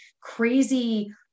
crazy